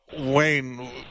Wayne